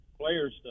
players